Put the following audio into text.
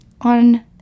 on